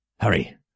Hurry